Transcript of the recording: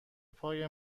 پای